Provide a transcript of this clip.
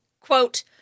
quote